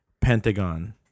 pentagon